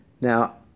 Now